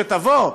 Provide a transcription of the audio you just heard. שתבוא,